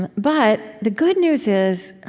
and but, the good news is,